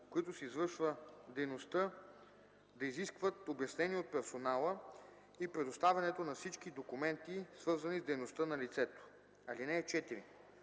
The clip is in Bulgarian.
които се извършва дейността, да изискват обяснения от персонала и предоставянето на всички документи, свързани с дейността на лицето. (4)